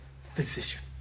physician